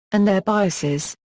and their biases.